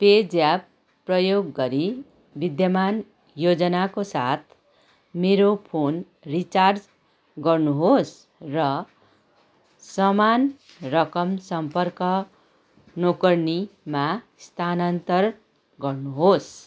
PayZapp प्रयोग गरी विद्यमान योजनाको साथ मेरो फोन रिचार्ज गर्नुहोस् र समान रकम सम्पर्क नौकर्नीमा स्थानान्तर गर्नुहोस्